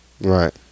Right